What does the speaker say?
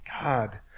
God